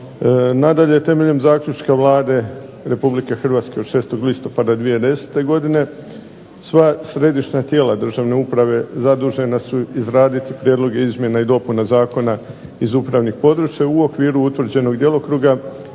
Nadalje, temeljem zaključka Vlade RH od 6. listopada 2010. godine sva središnja tijela državne uprave zadužena su izraditi prijedloge izmjena i dopuna Zakona iz upravnih područja u okviru utvrđenog djelokruga radi